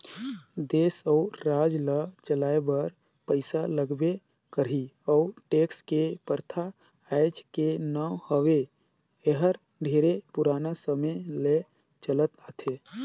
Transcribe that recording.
देस अउ राज ल चलाए बर पइसा लगबे करही अउ टेक्स के परथा आयज के न हवे एहर ढेरे पुराना समे ले चलत आथे